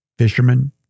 Fisherman